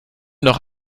noch